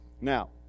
now